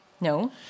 no